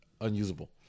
unusable